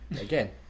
Again